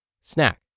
Snack